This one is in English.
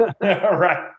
right